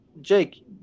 Jake